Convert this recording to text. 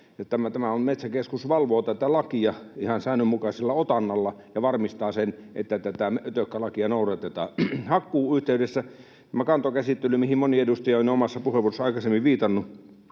Metsäkeskus valvoo tätä lakia ihan säännönmukaisella otannalla ja varmistaa sen, että tätä ötökkälakia noudatetaan. Hakkuun yhteydessä tämä kantokäsittely, mihin moni edustaja on omassa puheenvuorossaan aikaisemmin viitannut,